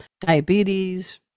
diabetes